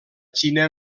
xina